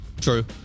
True